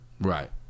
Right